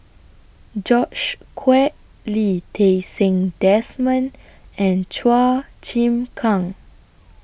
George Quek Lee Ti Seng Desmond and Chua Chim Kang